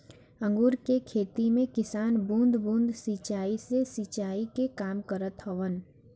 अंगूर के खेती में किसान बूंद बूंद सिंचाई से सिंचाई के काम करत हवन